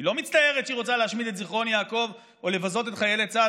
היא לא מצטערת שהיא רוצה להשמיד את זיכרון יעקב או לבזות את חיילי צה"ל,